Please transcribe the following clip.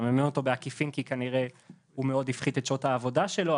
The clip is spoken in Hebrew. אתה מממן אותו בעקיפין כי כנראה הוא מאוד הפחית את שעות העבודה שלו,